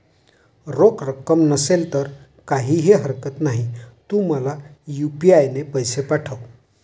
रोख रक्कम नसेल तर काहीही हरकत नाही, तू मला यू.पी.आय ने पैसे पाठव